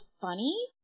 funny